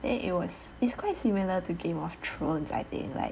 then it was it's quite similar to game of thrones I think like